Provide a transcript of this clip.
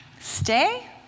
Stay